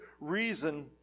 reason